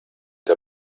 der